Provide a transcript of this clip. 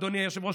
אדוני היושב-ראש,